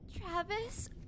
Travis